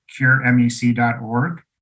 curemec.org